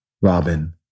Robin